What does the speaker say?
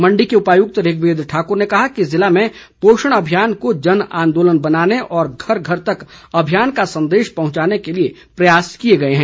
मण्डी के उपायुक्त ऋग्वेद ठाकुर ने कहा है कि जिले में पोषण अभियान को जन आंदोलन बनाने और घर घर तक अभियान का संदेश पहुंचाने के लिए प्रयास किए गए हैं